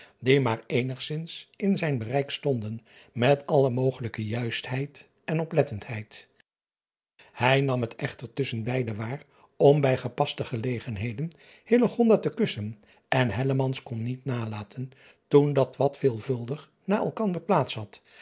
maar eenigzins in zijn bereik stonden met alle mogelijke juistheid en oplettendheid ij nam het echter tusschen beide waar om bij gepaste gelegenheden te kussen en kon niet nalaten toen dat wat veelvuldig na elkander plaats had